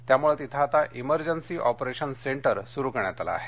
त्यामुळं तिथं आता इमर्जन्सी ऑपरेशन सेंटर सुरू करण्यात आलं आहे